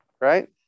Right